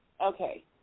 Okay